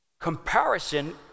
Comparison